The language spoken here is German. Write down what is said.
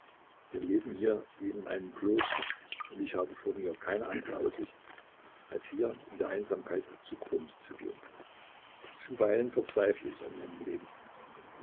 wir leben hier wie in einem kloster und ich habe vor mir keine andere aussicht als hier in der einsamkeit zugrunde zu gehen zuweilen verzweifle ich an meinem leben